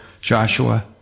Joshua